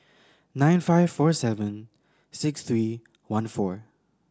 nine five four seven six three one four